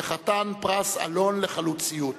וחתן פרס אלון לחלוציות.